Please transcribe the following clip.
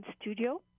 studio